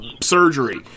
surgery